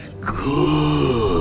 Good